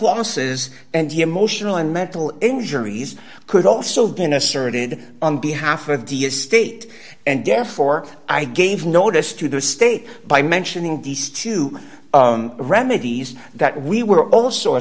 losses and emotional and mental injuries could also been asserted on behalf of the estate and therefore i gave notice to the state by mentioning the stupid remedies that we were also a